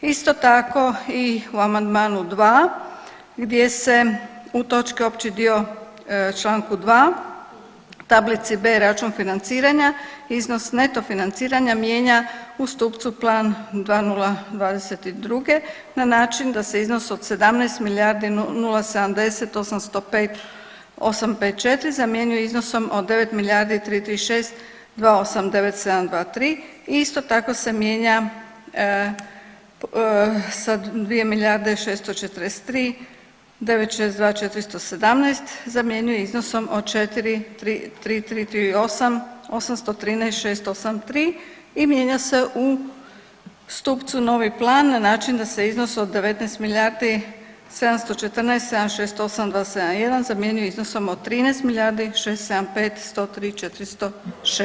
Isto tako i u amandmanu 2. gdje se u točki opći dio Članku 2. tablici B račun financiranja, iznos neto financiranja mijenja u stupcu plan 2022 na način da se iznos od 17 milijardi 070 805 854 zamjenjuje iznosom od 9 milijardi 336 289 723 i isto tako se mijenja sa 2 milijarde 643 962 417 zamjenjuje iznosom od 4 333 38 813 683 i mijenja se u stupcu novi plan na način da se iznos od 19 milijardi 714 768 271 zamjenjuje iznosom od 13 milijardi 675 103 406.